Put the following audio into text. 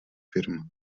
firmách